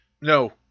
No